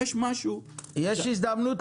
יש הזדמנות,